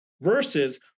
versus